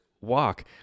walk